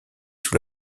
sous